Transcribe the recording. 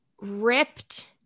ripped